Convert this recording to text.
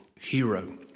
hero